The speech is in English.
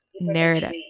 narrative